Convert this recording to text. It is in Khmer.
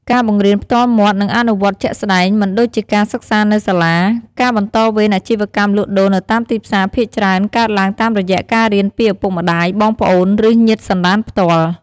ការបង្រៀនផ្ទាល់មាត់ និងអនុវត្តជាក់ស្តែង មិនដូចជាការសិក្សានៅសាលា ការបន្តវេនអាជីវកម្មលក់ដូរនៅតាមទីផ្សារភាគច្រើនកើតឡើងតាមរយៈការរៀនពីឪពុកម្តាយ បងប្អូន ឬញាតិសន្ដានផ្ទាល់។